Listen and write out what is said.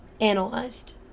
analyzed